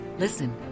Listen